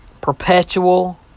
perpetual